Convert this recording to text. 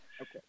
Okay